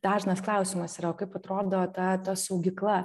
dažnas klausimas yra o kaip atrodo ta ta saugykla